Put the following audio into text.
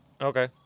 okay